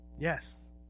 Yes